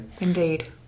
Indeed